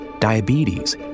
diabetes